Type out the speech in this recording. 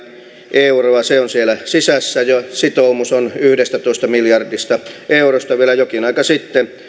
euroa se on siellä sisässä jo sitoumus on yhdestätoista miljardista eurosta vielä jokin aika sitten